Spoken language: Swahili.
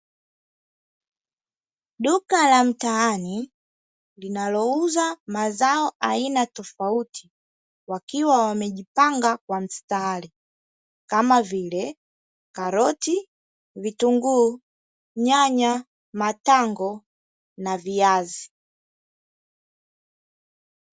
Duka la mtaani linalouza mazao aina tofauti, wakiwa wamejipanga kwa mstari, kama vile: karoti, vitunguu, nyanya, matango na viazi.